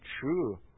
true